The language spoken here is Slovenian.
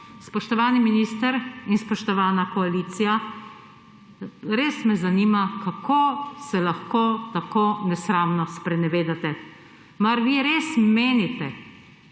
Spoštovani minister in spoštovana koalicija, res me zanima, kako se lahko tako nesramno sprenevedate. Mar vi res menite,